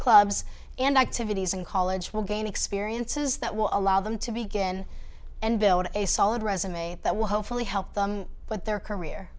clubs and i to view these in college will gain experiences that will allow them to begin and build a solid resume that will hopefully help them but their career